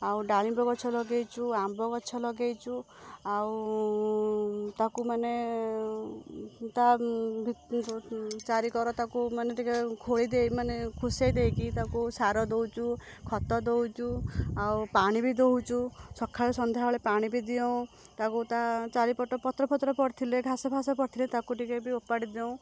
ଆଉ ଡ଼ାଳିମ୍ବଗଛ ଲଗେଇଛୁ ଆମ୍ବଗଛ ଲଗେଇଛୁ ଆଉ ତାକୁମାନେ ତା ଭି ଚାରିକର ତାକୁ ମାନେ ଟିକେ ଖୋଲିଦେଇ ମାନେ ଖୁସେଇ ଦେଇକି ତାକୁ ସାର ଦଉଛୁ ଖତ ଦଉଛୁ ଆଉ ପାଣି ବି ଦଉଛୁ ସଖାଳୁ ସନ୍ଧ୍ୟାବେଳେ ପାଣି ବି ଦେଉଁ ତାକୁ ତା ଚାରିପଟେ ପତ୍ରଫତ୍ର ପଡ଼ିଥିଲେ ଘାସଫାଶ ପଡ଼ିଥିଲେ ତାକୁଟିକେ ବି ଓପାଡ଼ି ଦେଉଁ